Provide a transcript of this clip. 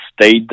stayed